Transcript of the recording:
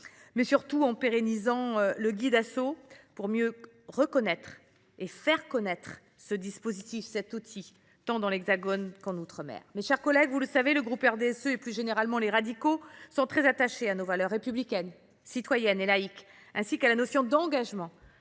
mais surtout en pérennisant le Guid’Asso, pour mieux reconnaître et faire connaître ce dispositif, tant dans l’Hexagone qu’en outre mer. Mes chers collègues, vous le savez, le groupe RDSE et, plus généralement, les radicaux sont très attachés à nos valeurs républicaines, citoyennes et laïques, ainsi qu’à la notion d’engagement.